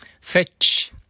Fetch